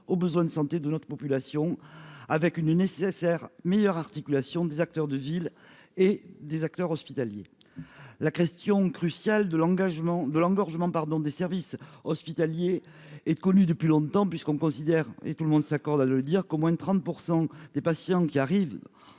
aux besoins de santé de notre population, avec une nécessaire meilleure articulation des acteurs de ville et des acteurs hospitaliers la question cruciale de l'engagement de l'engorgement pardon des services hospitaliers est connue depuis longtemps, puisqu'on considère et tout le monde s'accorde à le dire qu'au moins 30 %% des patients qui arrivent